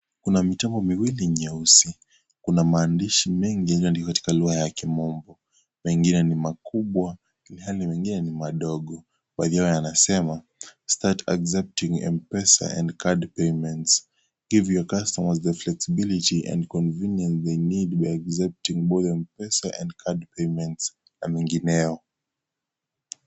Kuna mitungi miwani nyeusi, Kuna maandishi mengi katika lugha ya kimombo. Ingine ni makubwa ilhali nyingine ni madogo, yaliyo yanasema start accepting Mpesa and card payment. Give your customers the flexibility and convenience they need by accepting both Mpesa and card payment na mengineo.